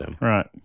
Right